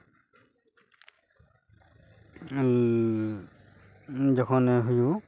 ᱩᱸᱜ ᱡᱚᱠᱷᱚᱱᱮ ᱦᱩᱭᱩᱜ